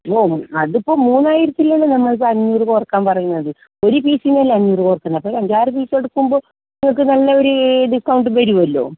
അത് ഇപ്പം മൂവായിരത്തിലുള്ള നമ്മൾ അഞ്ഞൂറ് കൊറക്കാൻ പറയുന്നത് ഒരു ഫീസിന് അല്ലെ അഞ്ഞൂറു കുറക്കുന്നത് അപ്പോൾ അഞ്ചാറ് പീസെടുക്കുമ്പോൾ നിങ്ങൾക്ക് നല്ല ഒരു ഡിസ്കൗണ്ട് വരുമല്ലോ